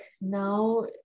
now